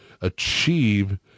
achieve